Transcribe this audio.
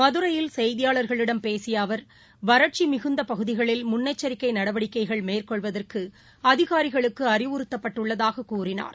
மதுரையில் செய்தியாளர்களிடம் வறட்சிமிகுந்தபகுதிகளில் முன்னெச்சரிக்கைநடவடிக்கைகள் மேற்கொள்வதற்குஅதிகாரிகளுக்குஅறிவுறுத்தப்பட்டுள்ளதாககூறினார்